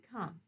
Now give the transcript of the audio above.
come